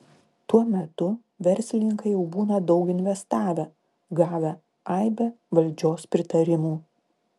tuo metu verslininkai jau būna daug investavę gavę aibę valdžios pritarimų